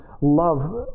love